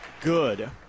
good